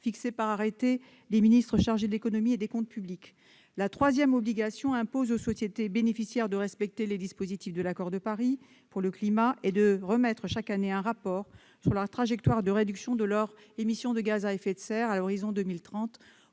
fixée par arrêté des ministres chargés de l'économie et des comptes publics. Il s'agit également d'exiger des sociétés bénéficiaires de respecter les dispositions de l'accord de Paris sur le climat et de remettre chaque année un rapport sur leur trajectoire de réduction de leurs émissions de gaz à effet de serre à l'horizon 2030,